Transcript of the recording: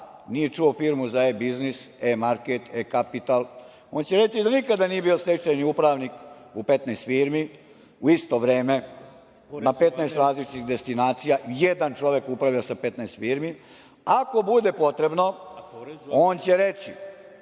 nije čuo za firmu za e-biznis, e-market, e-kapital. On će reći da nikada nije bio stečajni upravnik u 15 firmi u isto vreme, na 15 različitih destinacija, jedan čovek upravlja sa 15 firmi. Ako bude potrebno, on će reći